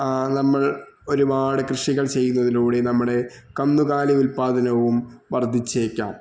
നമ്മള് ഒരുപാട് കൃഷികള് ചെയ്യുന്നതിലൂടെ നമ്മുടെ കന്നുകാലി ഉല്പ്പാദനവും വര്ദ്ധിച്ചേക്കാം